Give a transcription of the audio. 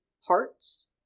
hearts